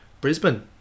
Brisbane